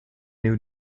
new